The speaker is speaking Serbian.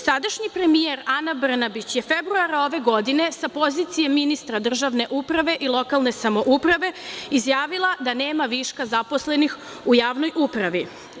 Sadašnji premijer Ana Brnabić je februara ove godine sa pozicije ministra državne uprave i lokalne samouprave izjavila da nema viška zaposlenih u javnoj upravi.